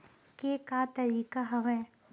के का तरीका हवय?